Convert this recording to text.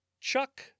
Chuck